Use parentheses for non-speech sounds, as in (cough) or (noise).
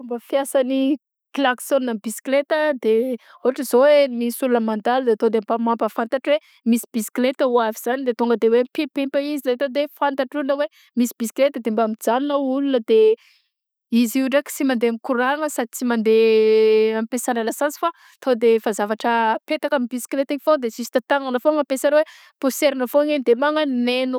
Fomba fiasan'ny klaksôna amy bisikileta de ôhatra zao hoe misy olona mandalo de to de mba mampafantatra hoe misy bisikleta ho avy zany de to de mi-pimpim izy de to de hoe fantatr'olona hoe misy bisikleta de mba mijanona ola de (hesitation) izy io ndraiky sy mandeha courant-gna sady tsy mandeha (hesitation) ampesana lasantsy fa to de efa zavatra mipetaka amy bisikileta igny foagna de zista tagnana foagna ampesagna hoe poserigna foagna igny magnaneno.